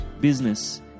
business